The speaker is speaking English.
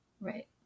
right